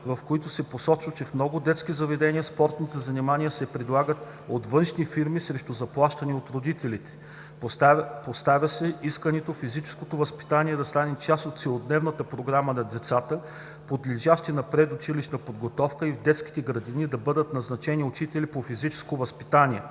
в който се посочва, че в много детски заведения спортните занимания се предлагат от външни фирми срещу заплащане от родителите. Поставя се искането физическото възпитание да стане част от целодневната програма на децата, подлежащи на предучилищна подготовка и в детските градини да бъдат назначени учители по физическо възпитание.